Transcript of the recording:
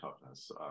toughness